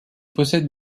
possède